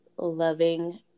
loving